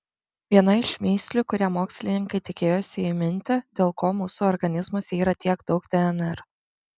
viena iš mįslių kurią mokslininkai tikėjosi įminti dėl ko mūsų organizmuose yra tiek daug dnr